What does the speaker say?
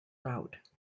route